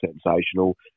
sensational